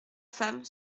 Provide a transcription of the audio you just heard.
femme